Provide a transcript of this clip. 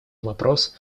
вопрос